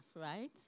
right